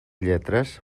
lletres